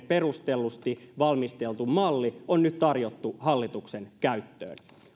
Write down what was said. perustellusti valmisteltu malli on nyt tarjottu hallituksen käyttöön